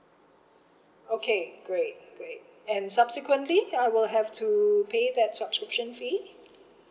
okay great great and subsequently I will have to pay that subscription fee